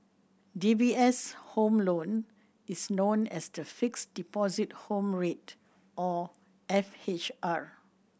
D B S' Home Loan is known as the Fixed Deposit Home Rate or F H R